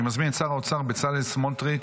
אני מזמין את שר האוצר בצלאל סמוטריץ'